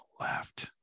left